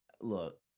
look